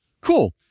Cool